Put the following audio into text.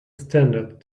standard